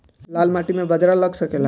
लाल माटी मे बाजरा लग सकेला?